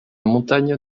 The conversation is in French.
montagne